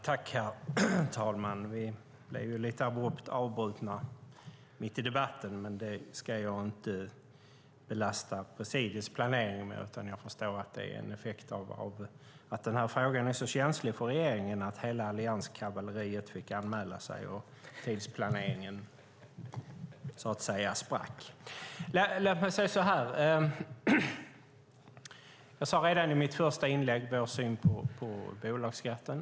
Herr talman! Vi blev lite abrupt avbrutna mitt i debatten, men det ska jag inte belasta presidiets planering med. Jag förstår att det är en effekt av att frågan är så känslig för regeringen att hela allianskavalleriet fick anmäla sig och tidsplaneringen sprack. Låt mig säga så här: Jag talade redan i mitt första inlägg om vår syn på bolagsskatten.